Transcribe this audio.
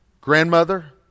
Grandmother